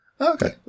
Okay